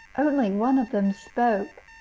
only one of them spoke,